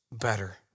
better